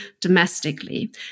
domestically